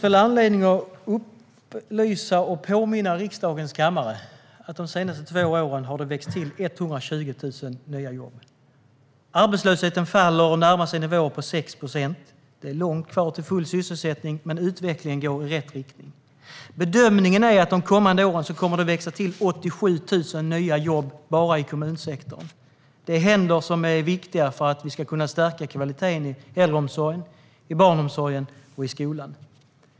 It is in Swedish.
Herr talman! Det finns anledning att upplysa och påminna riksdagens kammare om att det under de senaste två åren har växt till 120 000 nya jobb. Arbetslösheten minskar och närmar sig en nivå på 6 procent. Det är långt kvar till full sysselsättning, men utvecklingen går i rätt riktning. Bedömningen är att det de kommande åren kommer att växa till 87 000 nya jobb bara i kommunsektorn. Det är händer som är viktiga för att vi ska kunna stärka kvaliteten i äldreomsorgen, barnomsorgen och skolan.